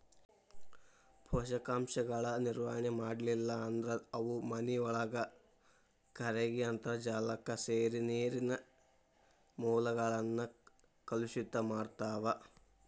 ಪೋಷಕಾಂಶಗಳ ನಿರ್ವಹಣೆ ಮಾಡ್ಲಿಲ್ಲ ಅಂದ್ರ ಅವು ಮಾನಿನೊಳಗ ಕರಗಿ ಅಂತರ್ಜಾಲಕ್ಕ ಸೇರಿ ನೇರಿನ ಮೂಲಗಳನ್ನ ಕಲುಷಿತ ಮಾಡ್ತಾವ